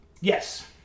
Yes